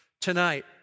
tonight